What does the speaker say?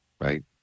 right